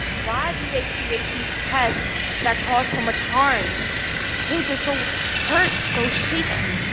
why do they create these tests that cause so much harm? these kids are so hurt, so shaky.